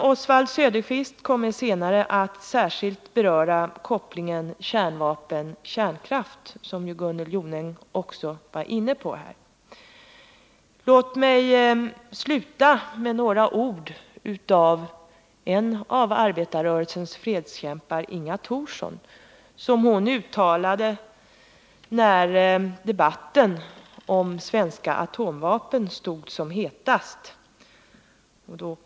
Oswald Söderqvist kommer senare att särskilt beröra kopplingen kärnvapen-kärnkraft, som Gunnel Jonäng också var inne på. Låt mig sluta med några ord av en av arbetarrörelsens fredskämpar, Inga Thorsson, som hon uttalade när debatten om svenska atomvapen stod som hetast.